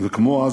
וכמו אז,